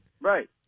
Right